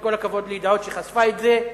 וכל הכבוד ל"ידיעות" שחשפו את זה.